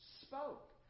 spoke